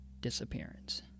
disappearance